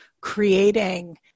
creating